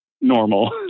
normal